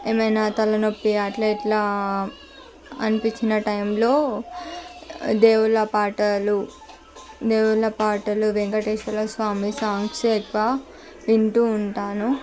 ఏమైనా తలనొప్పి అట్లా ఇట్లా అనిపించిన టైంలో దేవుళ్ళ పాటలు దేవుళ్ళ పాటలు వెంకటేశ్వర స్వామి సాంగ్స్ ఎక్కువ వింటూ ఉంటాను